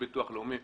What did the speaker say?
ביטוח לאומי.